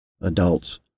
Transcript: adults